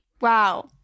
wow